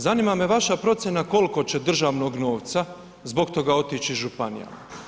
Zanima me vaša procjena koliko će državnog novca zbog toga otići županijama?